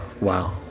Wow